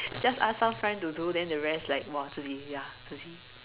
just ask some friend to do then the rest like !wah! 自制 ya 自制